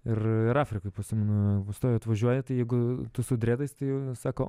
ir ir afrikoj prisimenu pastobiai atvažiuoji tai jeigu tu su dredais tai jau sako